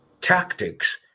tactics